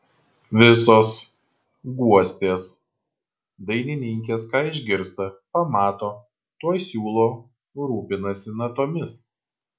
visos guostės dainininkės ką išgirsta pamato tuoj siūlo rūpinasi natomis